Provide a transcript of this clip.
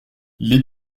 les